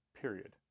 period